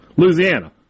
Louisiana